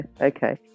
okay